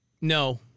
No